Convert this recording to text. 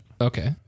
Okay